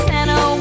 Santa